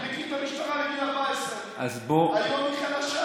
אני מכיר את המשטרה מגיל 14. היום היא חלשה,